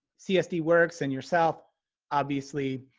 csd works and yourself obviously